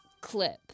clip